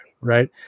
Right